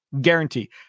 Guarantee